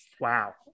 Wow